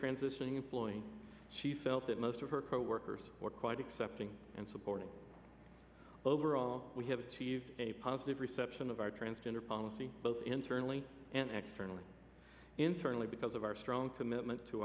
transitioning employee she felt that most of her coworkers were quite accepting and supporting overall we have achieved a positive reception of our transgender policy both internally and externally internally because of our strong commitment